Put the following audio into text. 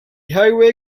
highway